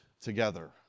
together